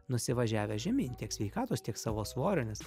nusivažiavęs žemyn tiek sveikatos tiek savo svorio nes